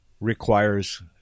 requires